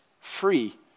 free